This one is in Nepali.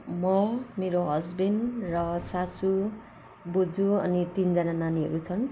म मेरो हस्बेन्ड र सासू बुजू अनि तिनजना नानीहरू छन्